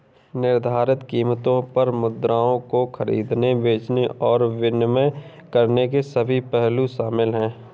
निर्धारित कीमतों पर मुद्राओं को खरीदने, बेचने और विनिमय करने के सभी पहलू शामिल हैं